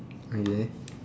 okay